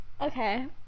okay